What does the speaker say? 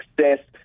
success